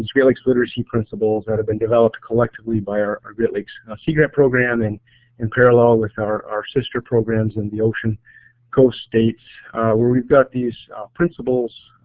great lakes literacy and principles that have been developed collectively by our our great lakes sea grant program and in parallel with our our sister programs and the ocean coast states where we've got these principles,